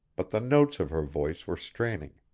but the notes of her voice were straining.